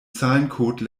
zahlencode